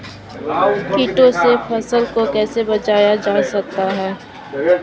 कीटों से फसल को कैसे बचाया जा सकता है?